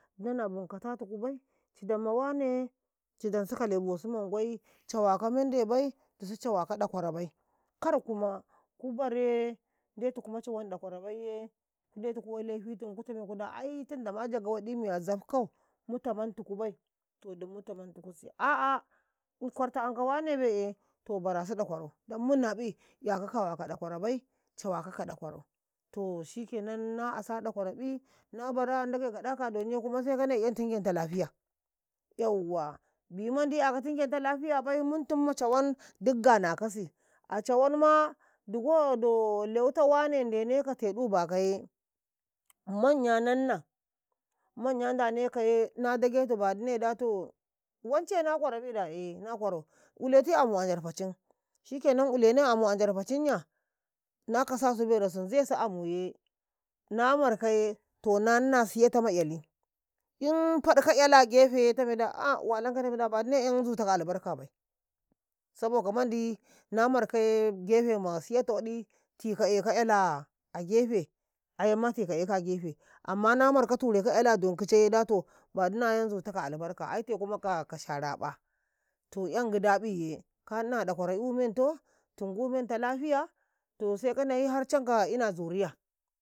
﻿Na buntatuku bai cidan ma wane ngabi kale bosu mangwai dusu cawaka mendai bai dusu cewakai ɗakwarabai dusu cawan ɗakwarau bai ye kun ndetu ku wai kutame ku ai tindau ma jagau waɗi miya zafka mu tamantuku bai to dumu mu tamantukusi a'a kwartan kau ngabi be'e barasu ɗakwarau to barasu ɗakwarau don munaƃi 'yakau kawa ka ɗakwarabai cawaka ka ɗakwarauto shikke nan na asa ɗakwaraƃi na bara Ndage gaɗa a a donye sai kanai "yan tingenta tamu. Bi mandi 'yakau tingentau tamu baiye muntumma cawan giɗ ganakasi. A cawanmma digo do lewita lewuta wane ndeneka teɗu bakaye asowai nanna asowai ndanekaye na dagetu ba'anniya da to wance na kwarabi da e na kwaro ileti amu a njarfacin anya ilene amu a njarfacin ya na kasasu berasin zesu amuye na markaye na nina siyata ma "yali in faɗka 'yaliye a baraku ma 'yaliye walankaye tame da a baninai zutau ka albarka bai bai saboka mandi na markaye baraku ma siyata waɗi tika’ekau 'yali a baraku ma ndaru amma na markau tika'eka don tike'yeko eali a dan to bannai 'yan zuta ka albarka aite ku ka sha-raba .To "yan gidaƃiye ka nina ɗakwaro yu mentau kuma tingan tamu to har sai ka nayi cankau ina lewai.